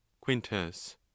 quintus